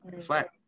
flat